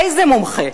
איזה מומחה,